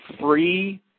free